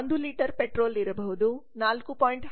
1 litre ಪೆಟ್ರೋಲ್ಇರಬಹುದು 4